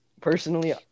personally